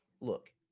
look